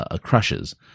crushes